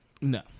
No